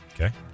Okay